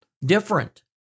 different